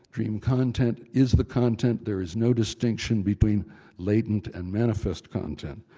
dream content is the content, there is no distinction between latent and manifest content.